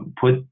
Put